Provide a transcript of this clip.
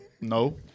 no